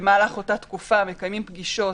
במהלך אותה תקופה מקיימים פגישות,